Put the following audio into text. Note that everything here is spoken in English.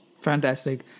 Fantastic